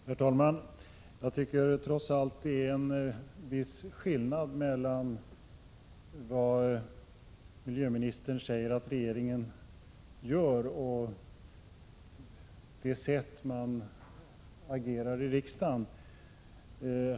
Herr talman! Jag tycker trots allt att det är en viss skillnad mellan vad miljöministern säger att regeringen gör och det sätt man agerar på i riksdagen.